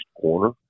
corner